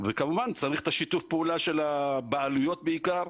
כמובן צריך את שיתוף הפעולה של הבעלויות בעיקר,